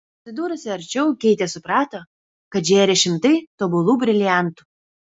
atsidūrusi arčiau keitė suprato kad žėri šimtai tobulų briliantų